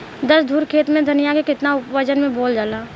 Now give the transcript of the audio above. दस धुर खेत में धनिया के केतना वजन मे बोवल जाला?